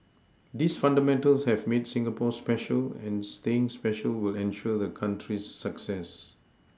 these fundamentals have made Singapore special and staying special will ensure the country's success